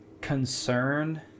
concern